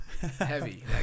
heavy